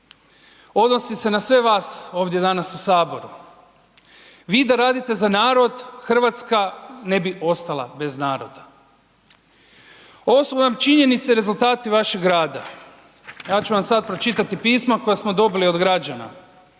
odnosi se na sve vas ovdje danas u HS, vi da radite za narod, RH ne bi ostala bez naroda. Ovo su vam činjenice i rezultati vašeg rada. Ja ću vam sad pročitati pisma koja smo dobili od građana.